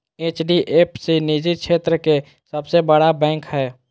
HDF सी निजी क्षेत्र के सबसे बड़ा बैंक हय